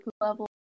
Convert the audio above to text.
level